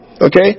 Okay